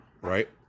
right